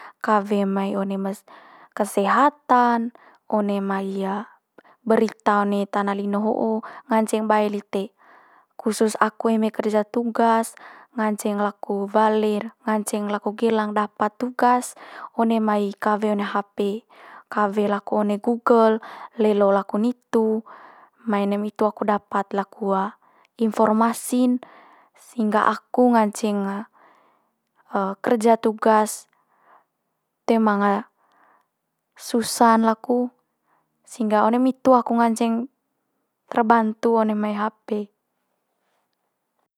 Kawe mai one mai's kesehatan, one mai berita one tana lino ho'o nganceng bae lite. Khusus aku eme kerja tugas nganceng laku wale'r, nganceng laku gelang dapat tugas, one mai kawe one hape. Kawe laku one google, lelo laku nitu, mai one mai itu aku dapat laku informasi'n sehingga aku nganceng kerja tugas toe manga susa'n laku sehingga one mai itu aku nganceng terbantu one mai hape.